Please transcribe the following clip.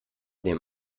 dem